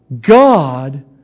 God